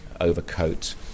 overcoat